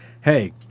Hey